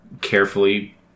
carefully